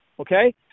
Okay